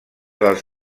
dels